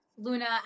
Luna